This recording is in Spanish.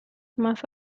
más